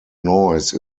noise